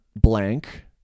blank